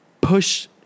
push